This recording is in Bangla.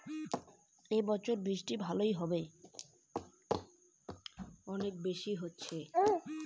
এবছর বৃষ্টি কেমন হবে?